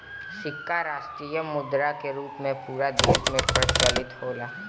सिक्का राष्ट्रीय मुद्रा के रूप में पूरा देश में प्रचलित होला